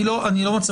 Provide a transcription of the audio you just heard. אני לא מצליח